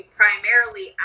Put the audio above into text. primarily